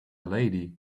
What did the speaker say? lady